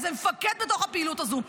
איזה מפקד בתוך הפעילות הזאת.